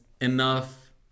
enough